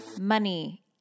money